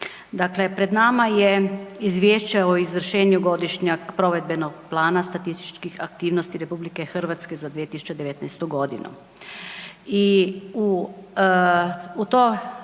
Dakle pred nama je Izvješće o izvršenju Godišnjeg provedbenog plana statističkih aktivnosti RH za 2019. g. i u